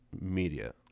media